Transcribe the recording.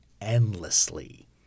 endlessly